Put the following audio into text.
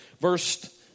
verse